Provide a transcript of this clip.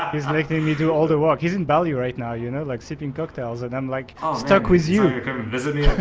he's making me do all the work. he's in bali right now, you know, like sipping cocktails and i'm like, oh, stuck with you. you can visit the